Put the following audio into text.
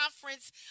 conference